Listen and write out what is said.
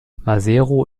maseru